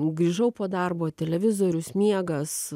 grįžau po darbo televizorius miegas